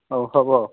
ହଉ ହେବ